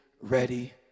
ready